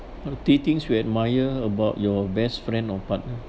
what are three things you admire about your best friend or partner